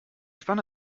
spanne